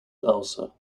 elsa